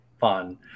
fun